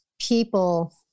people